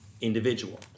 individual